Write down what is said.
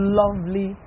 lovely